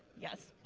yes,